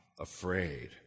afraid